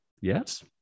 Yes